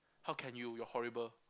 how can you you're horrible